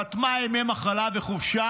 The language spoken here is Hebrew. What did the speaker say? חתמה ימי מחלה וחופשה,